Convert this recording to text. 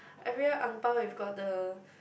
every year Ang Bao if got the